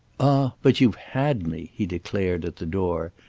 ah but you've had me! he declared, at the door,